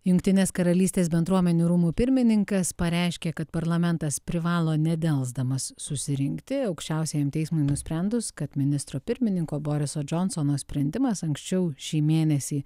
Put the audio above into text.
jungtinės karalystės bendruomenių rūmų pirmininkas pareiškė kad parlamentas privalo nedelsdamas susirinkti aukščiausiajam teismui nusprendus kad ministro pirmininko boriso džonsono sprendimas anksčiau šį mėnesį